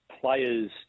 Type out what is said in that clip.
players